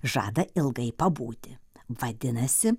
žada ilgai pabūti vadinasi